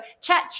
chat